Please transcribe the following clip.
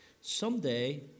Someday